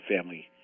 family